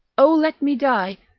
o let me die,